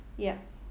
ya